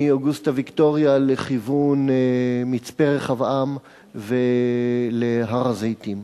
מאוגוסטה-ויקטוריה לכיוון מצפה-רחבעם ולהר-הזיתים.